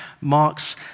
Mark's